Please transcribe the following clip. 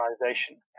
organization